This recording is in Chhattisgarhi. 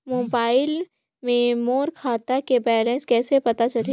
मोबाइल मे मोर खाता के बैलेंस कइसे पता चलही?